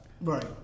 Right